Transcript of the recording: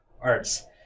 arts